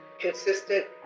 consistent